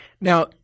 Now